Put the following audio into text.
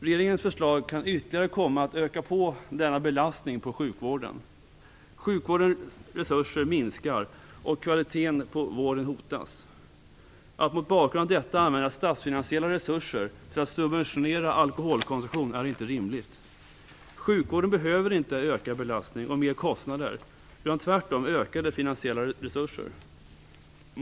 Regeringens förslag kan ytterligare komma att öka på denna belastning på sjukvården. Sjukvårdens resurser minskar, och kvaliteten på vården hotas. Att mot bakgrund av detta använda statsfinansiella resurser till att subventionera alkoholkonsumtion är inte rimligt. Sjukvården behöver inte ökad belastning och mer kostnader utan tvärtom ökade finansiella resurser.